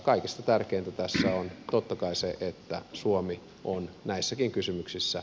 kaikista tärkeintä tässä on totta kai se että suomi on näissäkin kysymyksissä